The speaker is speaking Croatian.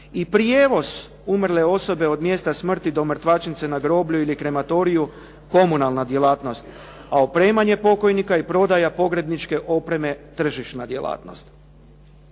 i prijevoz umrle osobe od mjesta smrti do mrtvačnice na groblju ili krematoriju, komunalna djelatnost a opremanje pokojnika i prodaja pogrebničke opreme tržišna djelatnost.